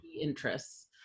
interests